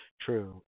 True